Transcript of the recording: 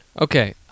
Okay